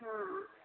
ହଁ